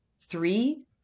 three